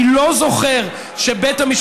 אני לא זוכר שבית המשפט,